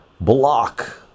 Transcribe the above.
block